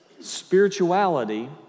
spirituality